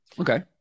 Okay